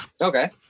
Okay